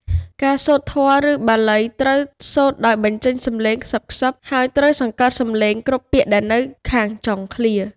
ការសូត្រធម៌ ឬបាលីត្រូវសូត្រដោយបញ្ចេញសំឡេងខ្សឹបៗ ហើយត្រូវសង្កត់សំឡេងគ្រប់ពាក្យដែលនៅខាងចុងឃ្លា។